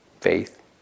faith